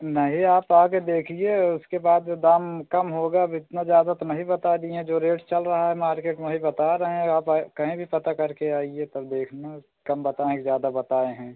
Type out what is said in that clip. नहीं आप आकर देखिए उसके बाद दाम कम होगा अब इतना ज़्यादा तो नहीं बता दिए हैं जो रेट चल रहा है मार्केट में वही बता रहे हैं आप कहीं भी पता करके आइए तब देखना कम बताए हैं कि ज़्यादा बताए हैं